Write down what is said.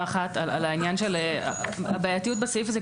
אחת על העניין של הבעייתיות בסעיף הזה,